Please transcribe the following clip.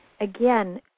again